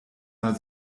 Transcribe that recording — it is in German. mal